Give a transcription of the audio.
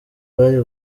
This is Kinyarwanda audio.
bari